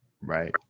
Right